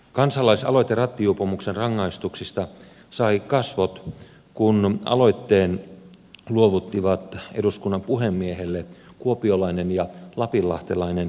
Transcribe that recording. kansalaisaloite rattijuopumuksen rangaistuksista sai kasvot kun aloitteen luovuttivat eduskunnan puhemiehelle kuopiolainen pariskunta ja lapinlahtelainen pariskunta